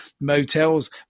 motels